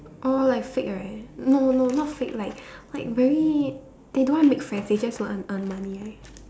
oh like fake right no no not fake like like very they don't want make friends they just want earn money right